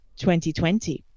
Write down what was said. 2020